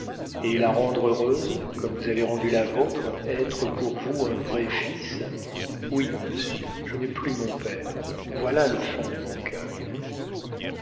et la rendre heureuse comme vous avez rendu la vôtre être pour vous un vrai fils oui monsieur je n'ai plus mon père voilà le fond de mon cœur